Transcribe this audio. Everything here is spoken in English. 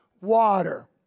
water